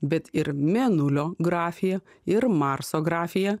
bet ir mėnulio grafija ir marso grafija